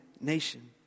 nation